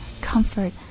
comfort